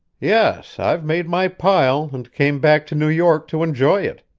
yes, i've made my pile, and came back to new york to enjoy it.